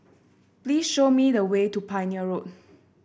please show me the way to Pioneer Road